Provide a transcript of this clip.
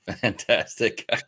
Fantastic